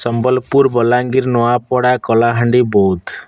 Sambalpur Balangir Nuapada Kalahandi Boudh